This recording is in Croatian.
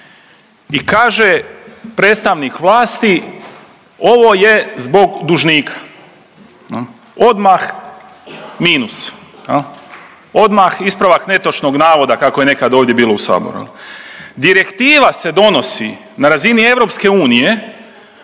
I kaže predstavnik vlasti, ovo je zbog dužnika. Odmah minus. Odmah ispravak netočnog navoda kako je nekad ovdje bilo u saboru. Direktiva se donosi na razini Europske unije